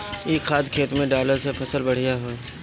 इ खाद खेत में डालला से फसल बढ़िया होई